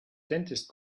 dentist